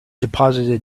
deposited